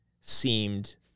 seemed